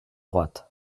droite